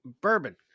bourbon